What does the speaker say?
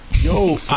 Yo